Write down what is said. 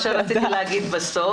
זה מה שרציתי להגיד בסוף.